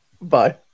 Bye